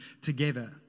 together